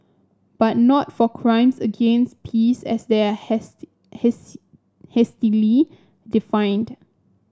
but not for crimes against peace as their hasty hastily defined